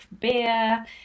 beer